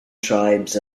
tribes